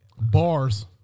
Bars